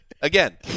Again